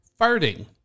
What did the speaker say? farting